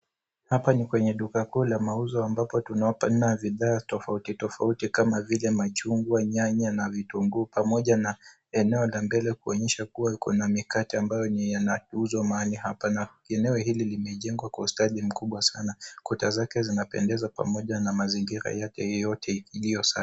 Hapa ni kwenye duka kuu la mauzo ambapo tunaona bidhaa tofauti tofauti kama vile machungwa, nyanya na vitunguu pamoja na eneo la mbele kuonyesha kuwa mikate ambayo yanauzwa mahali hapa na eneo hili limejengwa kwa ustadi mkubwa sana na kuta zake zinapendeza pamoja na mazingira yake yote iliyo safi.